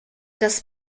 das